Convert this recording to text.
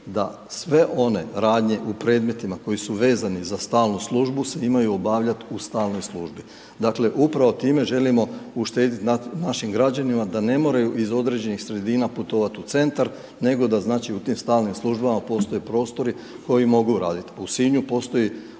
da sve one radnje u predmetima koji su vezani za stalnu službu se imaju obavljati u stalnoj službi. Dakle upravo time želimo uštedjeti našim građanima da ne moraju iz određenih sredina putovati u centar nego da znači u tim stalnim službama postoje prostori koji mogu raditi. U Sinju postoji